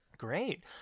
Great